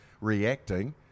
reacting